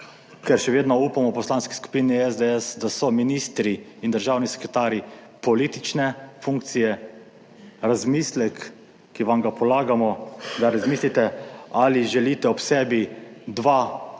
ker še vedno upamo v Poslanski skupini SDS, da so ministri in državni sekretarji politične funkcije, razmislek, ki vam ga polagamo, da razmislite, ali želite ob sebi dva